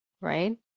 right